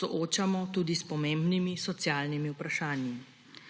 soočamo tudi s pomembnimi socialnimi vprašanji,